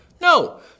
No